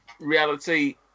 reality